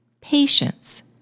patience